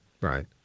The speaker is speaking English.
Right